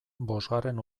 bosgarren